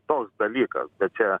toks dalykas bet čia